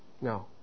No